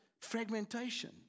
fragmentation